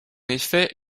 effet